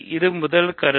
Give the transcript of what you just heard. இது முதல் கருத்து